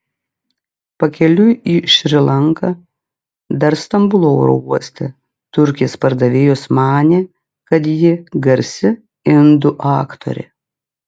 pakeliui į šri lanką dar stambulo oro uoste turkės pardavėjos manė kad ji garsi indų aktorė